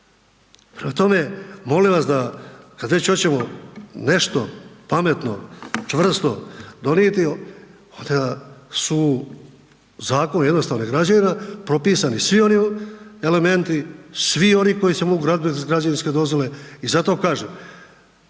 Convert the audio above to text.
Prema tome, molim vas da kad već hoćemo nešto pametno, čvrsto donijeti, onda su zakoni o jednostavnim građevina, propisani svi oni elementi, svi oni koji se mogu gradit bez građevinske dozvole i zato kažem,